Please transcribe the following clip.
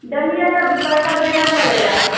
डलिया का भी पैसा देना पड़ेगा